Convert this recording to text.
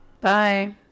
Bye